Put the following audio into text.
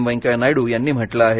वेंकैया नायडू यांनी म्हटलं आहे